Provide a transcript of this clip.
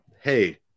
hey